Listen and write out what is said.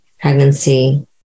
pregnancy